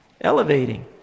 elevating